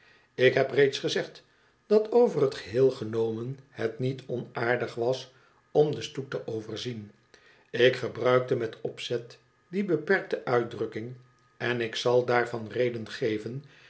ik heb reeds gezegd dat over het geheel genomen het niet onaardig was om den stoet te overzien ik gebruikte met opzet die beperkte uitdrukking en ik zal daarvan reden geven